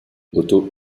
otto